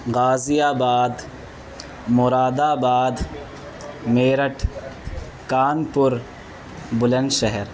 غازی آباد مراد آباد میرٹھ کانپور بلند شہر